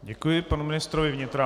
Děkuji panu ministru vnitra.